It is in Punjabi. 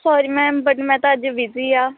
ਸੌਰੀ ਮੈਮ ਬਟ ਮੈਂ ਤਾਂ ਅੱਜ ਬੀਜੀ ਹਾਂ